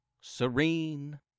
serene